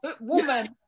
woman